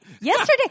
Yesterday